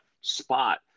spot